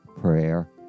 prayer